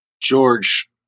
George